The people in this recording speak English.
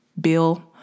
bill